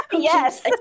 Yes